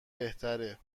بهتره